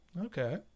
Okay